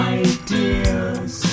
ideas